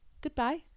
goodbye